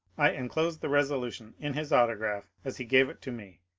i enclose the resolution, in his autograph, as he gave it to me.